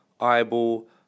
eyeball